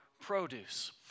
produce